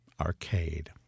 Arcade